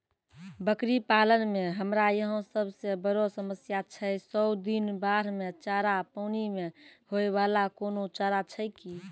बकरी पालन मे हमरा यहाँ सब से बड़ो समस्या छै सौ दिन बाढ़ मे चारा, पानी मे होय वाला कोनो चारा छै कि?